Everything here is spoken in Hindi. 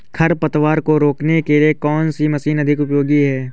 खरपतवार को रोकने के लिए कौन सी मशीन अधिक उपयोगी है?